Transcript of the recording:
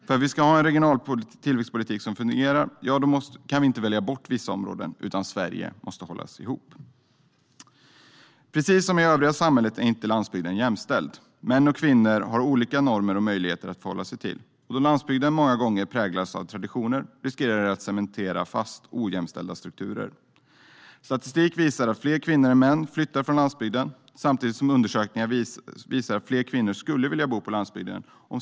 Ska vi ha en regional tillväxtpolitik som fungerar kan vi nämligen inte välja bort vissa områden, utan Sverige måste hållas ihop. Precis som övriga samhället är inte landsbygden jämställd. Män och kvinnor har olika normer och möjligheter att förhålla sig till. Då landsbygden många gånger präglas av traditioner riskerar det att cementera ojämställda strukturer. Statistik visar att fler kvinnor än män flyttar från landsbygden, samtidigt som undersökningar visar att fler kvinnor skulle vilja bo på landsbygden.